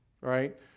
right